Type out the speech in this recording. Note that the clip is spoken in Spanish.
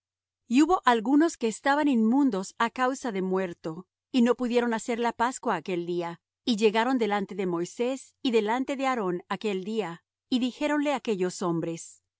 y hubo algunos que estaban inmundos á causa de muerto y no pudieron hacer la pascua aquel día y llegaron delante de moisés y delante de aarón aquel día y dijéronle aquellos hombres